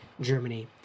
Germany